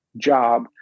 job